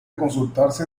consultarse